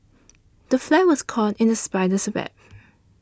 the fly was caught in the spider's web